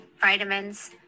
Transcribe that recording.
vitamins